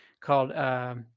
called